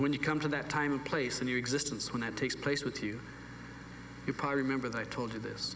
when you come to that time a place in your existence when that takes place with you you part remember that i told you this